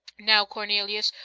now, cornelius,